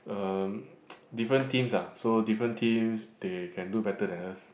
uh different teams ah so different teams they can do better than us